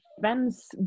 fence